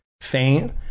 faint